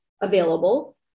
available